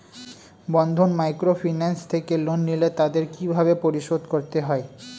বন্ধন microfinance থেকে loan নিলে তাদের কিভাবে পরিশোধ করতে হয়?